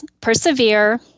Persevere